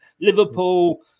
Liverpool